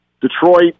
Detroit